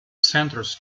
centres